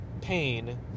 pain